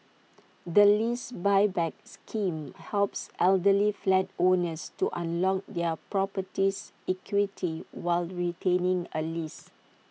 the lease Buyback scheme helps elderly flat owners to unlock their property's equity while retaining A lease